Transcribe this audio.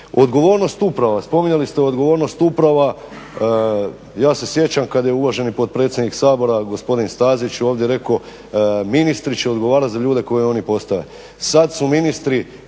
Odgovornost uprava, spominjali ste odgovornost uprava. Ja se sjećam kad je uvaženi potpredsjednik Sabora gospodin Stazić ovdje rekao, ministri će odgovarati za ljude koje oni postave.